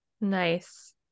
Nice